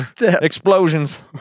explosions